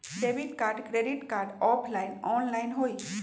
Debit card credit card offline online होई?